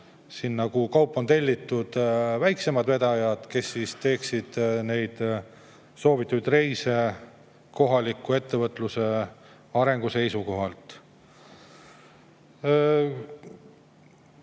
kuhu kaup on tellitud, väiksemad vedajad, kes teeksid soovitud reise kohaliku ettevõtluse arengu seisukohalt.